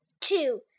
Two